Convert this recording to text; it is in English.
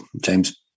James